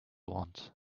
want